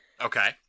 Okay